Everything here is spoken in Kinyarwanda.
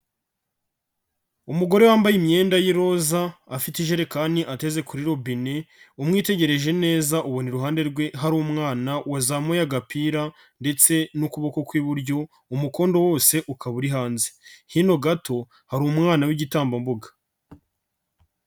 Umugore wambaye imyenda y'iroza, afite ijerekani ateze kuri robine, umwitegereje neza ubona iruhande rwe hari umwana wazamuye agapira ndetse n'ukuboko kw'iburyo, umukondo wose ukaba uri hanze. Hino gato, hari umwana w'igitambambuga.